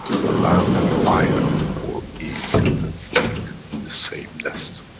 the lamb and the lion will eat and sleep in the same nest.